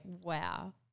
wow